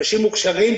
אנשים מוכשרים,